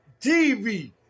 TV